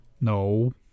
No